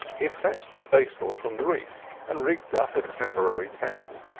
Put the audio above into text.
he had fetched the stay-sail from the reef and rigged up a temporary tent.